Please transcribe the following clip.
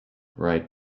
right